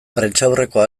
prentsaurrekoa